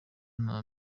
nta